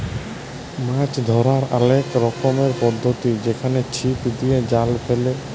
মাছ ধ্যরার অলেক রকমের পদ্ধতি যেমল ছিপ দিয়ে, জাল ফেলে